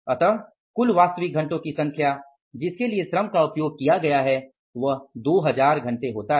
अतः कुल वास्तविक घंटो की संख्या जिसके लिए श्रम का उपयोग किया गया है 2000 है